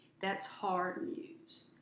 that's hard news.